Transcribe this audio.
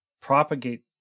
propagate